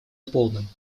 полным